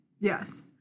Yes